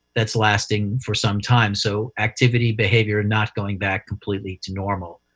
that's lasting for some time. so activity behavior not going back completely to normal.